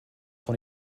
von